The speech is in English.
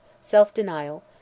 self-denial